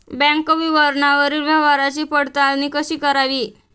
Bank विवरणावरील व्यवहाराची पडताळणी कशी करावी?